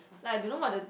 like I don't know what to